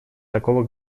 такого